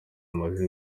bimaze